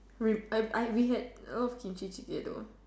with I I we had a lot Kimchi-jjigae though